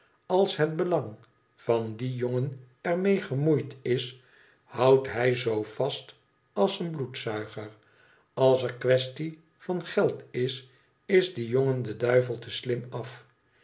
als het belang van dien jongen er mee gemoeid is houdt hij zoo vast als de bloedzuiger als er qnaestie van geld is is die jongen den duivel te slim af